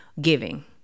giving